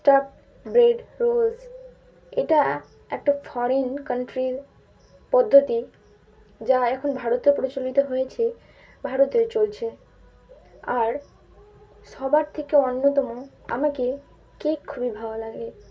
staff bread rolls এটা একটা foreign কান্ট্রির পদ্ধতি যা এখন ভারতে প্রচলিত হয়েছে ভারতে চলছে আর সবার থেকে অন্যতম আমাকে কেক খুবই ভালো লাগে